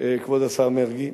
כבוד השר מרגי,